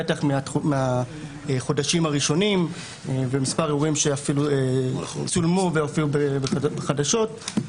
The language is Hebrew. בטח מהחודשים הראשונים כשמספר אירועים צולמו והופיעו בחדשות.